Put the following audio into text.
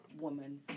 woman